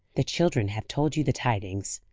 the children have told you the tidings.